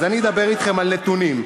אז אני אדבר אתכם על נתונים,